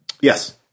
Yes